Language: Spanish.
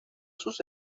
sus